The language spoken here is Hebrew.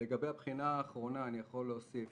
לגבי הבחינה האחרונה, אני יכול להוסיף